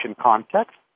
context